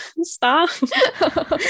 stop